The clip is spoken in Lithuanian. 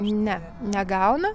ne negauna